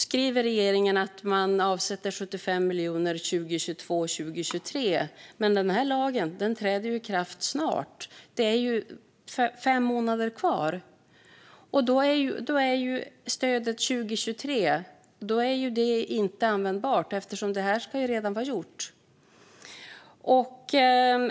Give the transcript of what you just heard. Nu säger regeringen att man avsätter 75 miljoner 2022 och 2023. Men den här lagen träder ju i kraft snart. Det är fem månader kvar. Då är stödet 2023 inte användbart eftersom det här redan ska vara gjort.